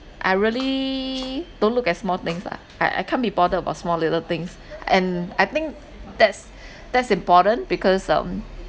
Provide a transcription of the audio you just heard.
I really don't look at small things lah I I can't be bothered about small little things and I think that's that's important because um